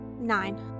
Nine